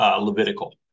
Levitical